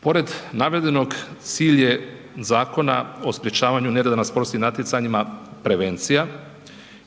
Pored navedenog, cilj je Zakona o sprječavanja nereda na sportskim natjecanja prevencija